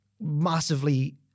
massively